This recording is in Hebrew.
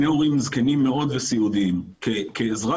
עכשיו